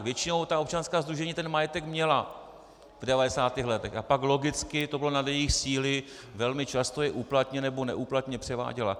Většinou občanská sdružení ten majetek měla v 90. letech a pak logicky to bylo nad jejich síly, velmi často je úplatně nebo neúplatně převáděla.